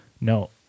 No